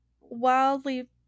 wildly